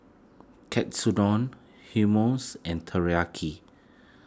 Katsudon Hummus and Teriyaki